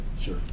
Sure